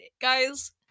guys